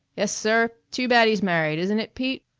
yes, sir too bad he's married isn't it, pete?